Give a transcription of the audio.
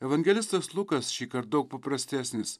evangelistas lukas šįkart daug paprastesnis